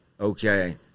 okay